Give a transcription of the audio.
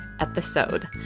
episode